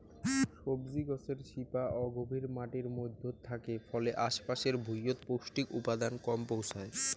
সবজি গছের শিপা অগভীর মাটির মইধ্যত থাকে ফলে আশ পাশের ভুঁইয়ত পৌষ্টিক উপাদান কম পৌঁছায়